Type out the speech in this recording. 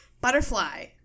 butterfly